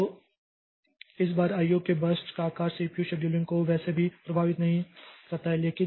तो इस बार आईओ के बर्स्ट का आकार सीपीयू शेड्यूलिंग को वैसे भी प्रभावित नहीं करता है